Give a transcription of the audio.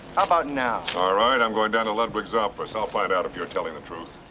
about now? alright, i'm going down to ludwig's office. i'll find out if you are telling the truth.